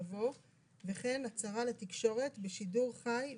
יבוא: "וכן הצהרה לתקשורת בשידור חי וישיר""